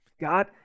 God